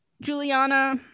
juliana